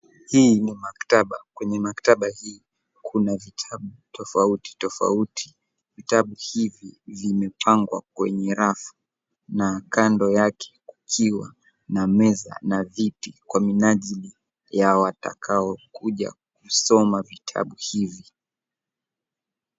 Hii ni maktaba. Kwenye maktaba hii kuna vitabu tofauti tofauti. Vitabu hivi vimepangwa kwenye rafu na kando yake ikiwa na meza na viti kwa minajili ya watakaokuja kusoma vitabu hivi.